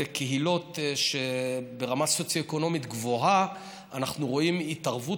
בקהילות ברמה סוציו-אקונומית גבוהה אנחנו רואים התערבות